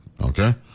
Okay